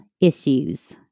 issues